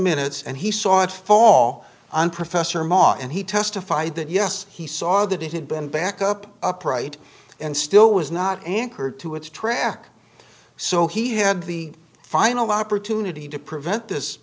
minutes and he saw it fall on professor ma and he testified that yes he saw that it had been back up upright and still was not anchored to its track so he had the final opportunity to prevent this